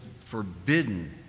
forbidden